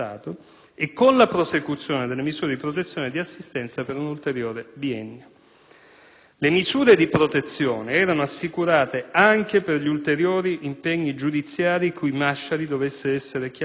e con la prosecuzione delle misure di protezione e di assistenza per un ulteriore biennio. Le misure di protezione erano assicurate anche per gli ulteriori impegni giudiziari cui Masciari dovesse essere chiamato